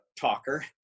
talker